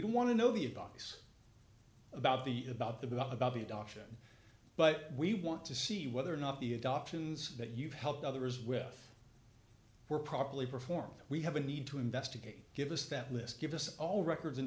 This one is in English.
don't want to know the a box about the about the about the adoption but we want to see whether or not the adoptions that you've helped others with were properly performed we have a need to investigate give us that list give us all records